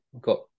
got